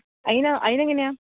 അതിനോ അതിന് എങ്ങനെയാ